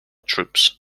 troops